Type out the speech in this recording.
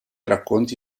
racconti